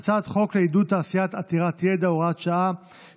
הצעת חוק לעידוד תעשייה עתירת ידע (הוראת שעה),